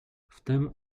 wtem